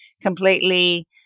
completely